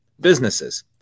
businesses